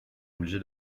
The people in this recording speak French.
obligé